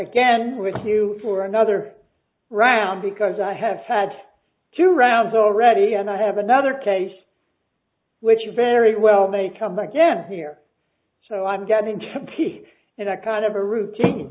again with you for another round because i have had two rounds already and i have another case which is very well may come again here so i'm getting jumpy and are kind of a routine